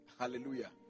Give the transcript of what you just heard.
Hallelujah